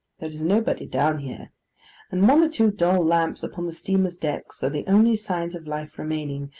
there is nobody down here and one or two dull lamps upon the steamer's decks are the only signs of life remaining,